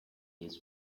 his